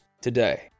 today